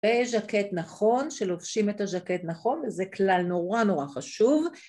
בז'קט נכון, שלובשים את הז'קט נכון, וזה כלל נורא נורא חשוב.